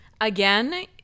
Again